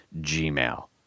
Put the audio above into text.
gmail